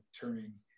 turning